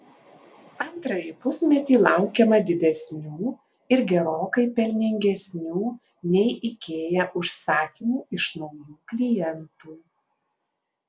antrąjį pusmetį laukiama didesnių ir gerokai pelningesnių nei ikea užsakymų iš naujų klientų